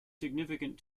significant